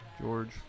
George